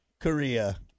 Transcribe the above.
Korea